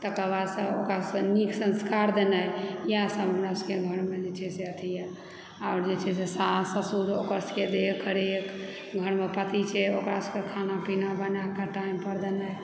तकर बादसंँ ओकरा सबकेँ नीक संस्कार देनाइ इएह सब हमरा सबके घरमे जे छै से अथी यऽ आओर जे छै सास सासुर ओकर सबकेँ देख रेख घरमे पति छै ओकरा सबकेँ खाना पीना बनाकऽ टाइम पर देनाइ